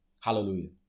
Hallelujah